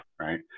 right